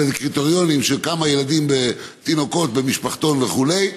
קריטריונים של כמה ילדים ותינוקות במשפחתון וכו'